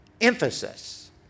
emphasis